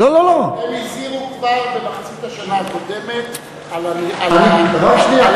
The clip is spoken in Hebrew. הם הזהירו כבר במחצית השנה הקודמת על התעלה